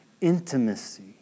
intimacy